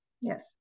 Yes